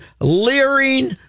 leering